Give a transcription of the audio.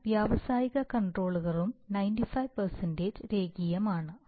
എന്നാൽ വ്യാവസായിക കൺട്രോളറുകളിൽ 95 രേഖീയമാണ്